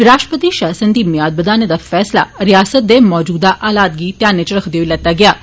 राष्ट्रपति राज दी म्याद बधाने दा फैसला रयासतै दे मजूदा हालात गी ध्यानै च रक्खदे होई लैता गेया ऐ